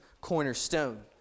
cornerstone